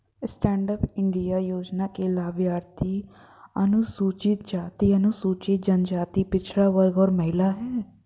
stand up India योजना के लाभार्थी अनुसूचित जाति, अनुसूचित जनजाति, पिछड़ा वर्ग और महिला है